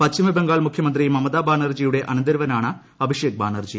പശ്ചിമ ബംഗാൾ മുഖ്യമന്ത്രി മമതാ ബാനർജിയുടെ അനന്തിരവനാണ് അഭിഷേക് ബാനർജി